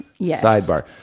sidebar